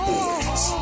Boys